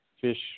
fish